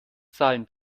zahlen